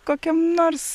kokiam nors